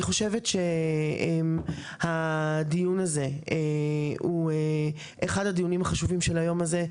אני חושבת שהדיון הזה הוא אחד הדיונים החשובים של היום הזה.